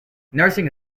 nursing